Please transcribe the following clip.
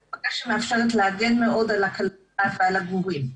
--- שמאפשרת להגן מאוד על הכלבה ועל הגורים.